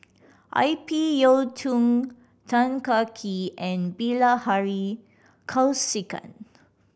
I P Yiu Tung Tan Kah Kee and Bilahari Kausikan